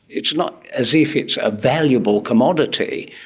it's not as if it's a valuable commodity.